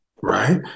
right